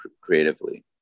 creatively